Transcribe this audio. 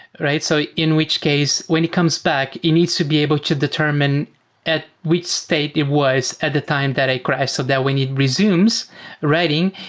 so in which case when it comes back, it needs to be able to determine at which state it was at the time that it crashes so that when it resumes writing,